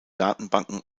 datenbanken